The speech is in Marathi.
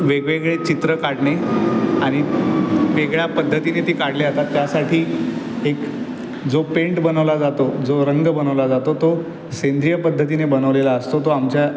वेगवेगळे चित्रं काढणे आणी वेगळ्या पद्धतीने ती काढली जातात त्यासाठी एक जो पेंट बनवला जातो जो रंग बनवला जातो तो सेंद्रिय पद्धतीने बनवलेला असतो तो आमच्या